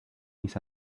mis